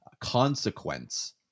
consequence